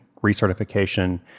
recertification